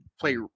play